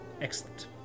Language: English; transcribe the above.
Excellent